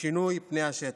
ובשינוי פני השטח,